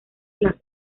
las